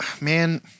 Man